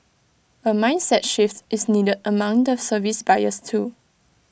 A mindset shift is needed among the service buyers too